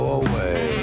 away